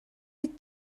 les